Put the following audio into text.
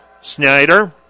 Snyder